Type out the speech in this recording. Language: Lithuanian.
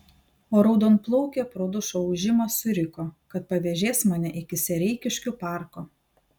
o raudonplaukė pro dušo ūžimą suriko kad pavėžės mane iki sereikiškių parko